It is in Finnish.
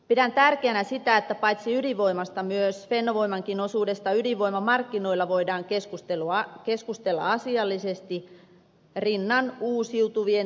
pidän tärkeänä sitä että paitsi ydinvoimasta myös fennovoimankin osuudesta ydinvoimamarkkinoilla voidaan keskustella asiallisesti rinnan uusiutuvien tuotantomuotojen kanssa